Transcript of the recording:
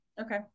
Okay